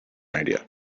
idea